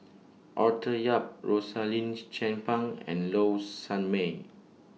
Arthur Yap Rosaline Chan Pang and Low Sanmay